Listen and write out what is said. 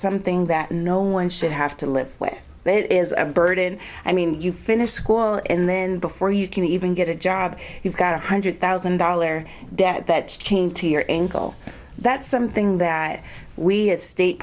something that no one should have to live with it is a burden i mean you finish school and then before you can even get a job you've got a hundred thousand dollar debt that chain to your ankle that's something that we as state